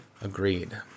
Agreed